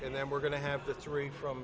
and then we're going to have the three from